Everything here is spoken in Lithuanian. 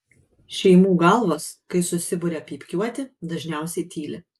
šeimų galvos kai susiburia pypkiuoti dažniausiai tyli